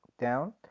down